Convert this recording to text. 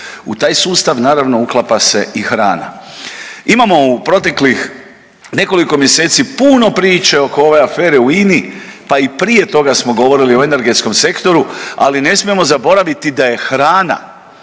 U taj sustav naravno uklapa se i hrana. Imamo u proteklih nekoliko mjeseci puno priče oko ove afere u INA-i, pa i prije toga smo govorili o energetskom sektoru, ali ne smijemo zaboraviti da je hrana